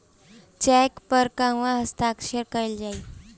Check पर कहवा हस्ताक्षर कैल जाइ?